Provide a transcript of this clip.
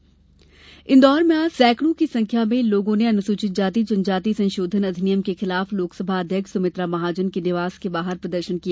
प्रदर्शन इंदौर में आज सैकड़ों की संख्या में लोगों ने अनुसूचित जाति जनजाति संशोधन अधिनियम के खिलाफ लोकसभा अध्यक्ष सुमित्रा महाजन के निवास के बाहर प्रदर्शन किया